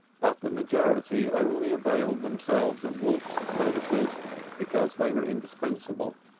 but the majority only availed themselves of wolf's services because they were indispensable.